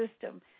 system